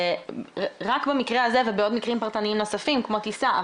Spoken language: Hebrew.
רק במקרה הזה ובעוד מקרים פרטניים נוספים כמו טיסה,